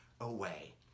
away